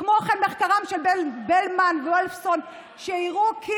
כמו כן, מחקרם של בלמן וולפסון הראה כי